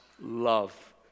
love